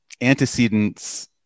antecedents